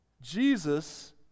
Jesus